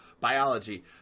biology